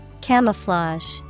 Camouflage